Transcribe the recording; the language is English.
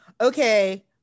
Okay